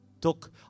took